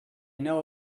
know